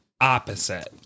opposite